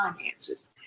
finances